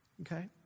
Okay